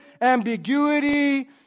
ambiguity